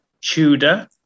Tudor